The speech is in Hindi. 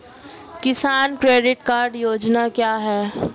किसान क्रेडिट कार्ड योजना क्या है?